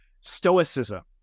stoicism